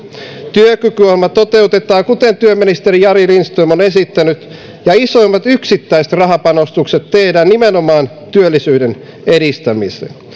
työkykyohjelma toteutetaan kuten työministeri jari lindström on esittänyt ja isoimmat yksittäiset rahapanostukset tehdään nimenomaan työllisyyden edistämiseen